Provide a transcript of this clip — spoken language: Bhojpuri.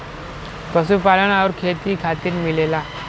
पशुपालन आउर खेती खातिर मिलेला